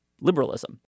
liberalism